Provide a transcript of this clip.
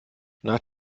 nach